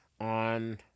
on